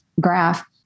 graph